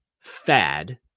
fad